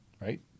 Right